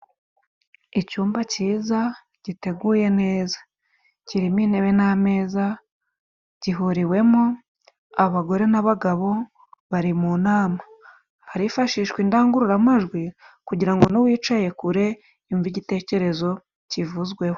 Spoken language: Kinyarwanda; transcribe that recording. Icyumba cyiza giteguye neza, kirimo intebe n'ameza, gihuriwemo abagore n'abagabo bari mu nama. Harifashishwa n'indangururamajwi kugira ngo n'uwicaye kure yumve igitekerezo kivuzweho.